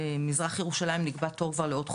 במזרח ירושלים נקבע תור כבר לעוד חודש.